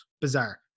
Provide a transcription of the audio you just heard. Bizarre